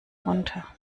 runter